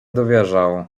dowierzał